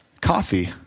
coffee